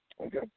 Okay